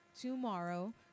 tomorrow